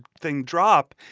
thing drop.